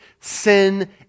sin